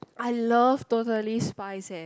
I love Totally Spies eh